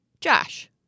Josh